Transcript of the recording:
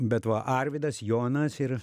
bet va arvydas jonas ir